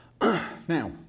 Now